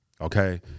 Okay